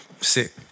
Sick